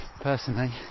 Personally